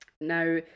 now